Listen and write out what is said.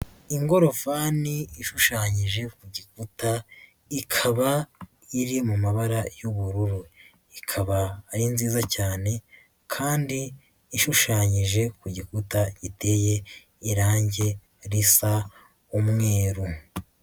Ingorofani ishushanyije ku gikuta ikaba iri mu mabara y'ubururu. Ikaba ari nziza cyane kandi ishushanyije ku gikuta giteye irange risa umweru.